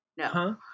no